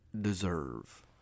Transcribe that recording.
deserve